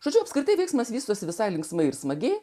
tačiau apskritai veiksmas vystosi visai linksmai ir smagiai